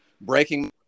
breaking